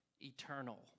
eternal